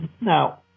Now